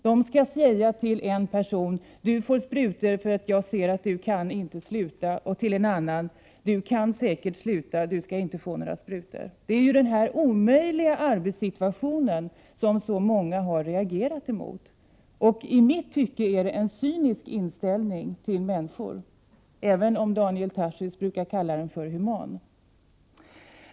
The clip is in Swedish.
Dessa skall säga till en person: Du får sprutor, eftersom jag ser att du inte kan sluta. Och till en annan skall de säga: Du kan säkert sluta, varför du inte får några sprutor. Det är denna omöjliga arbetssituation som så många har reagerat emot. I mitt tycke är det en cynisk inställning till människor, även om Daniel Tarschys brukar kalla den för human.